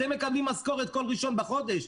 אתם מקבלים משכורת כל 1 בחודש.